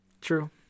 true